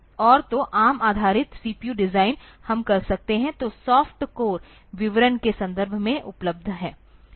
और तो ARM आधारित CPU डिजाइन हम कर सकते हैं तो सॉफ्ट कोर विवरण के संदर्भ में उपलब्ध हैं